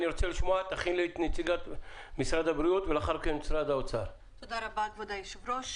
תודה רבה, כבוד היושב-ראש.